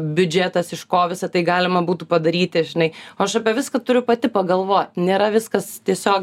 biudžetas iš ko visa tai galima būtų padaryti žinai o aš apie viską turiu pati pagalvot nėra viskas tiesiog